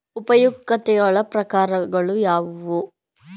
ಉಪಯುಕ್ತತೆಗಳ ಪ್ರಕಾರಗಳು ಯಾವುವು?